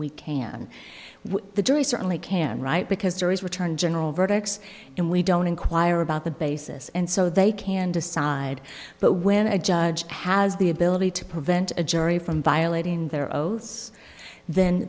we can we the jury certainly can right because juries return general verdicts and we don't inquire about the basis and so they can decide but when a judge has the ability to prevent a jury from violating their oaths then